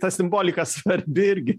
ta simbolika svarbi irgi